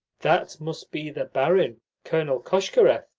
that must be the barin colonel koshkarev,